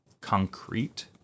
concrete